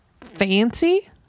fancy